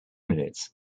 minutes